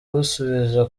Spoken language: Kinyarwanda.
busubiza